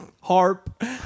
harp